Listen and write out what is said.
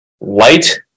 Light